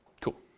Cool